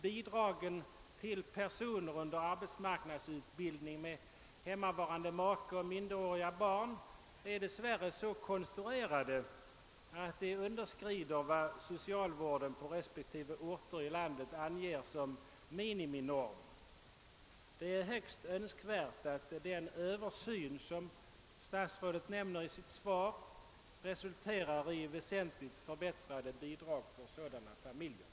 Bidragen till personer, som genomgår arbetsmarknadsutbildning och som har hemmavarande make och minderåriga barn, är dess värre så konstruerade att de underskrider vad socialvården på respektive orter i landet anger som miniminorm. Det är högst önskvärt att den översyn, som statsrådet nämner i sitt svar, resulterar i väsentligt förbättrade bidrag för sådana familjer.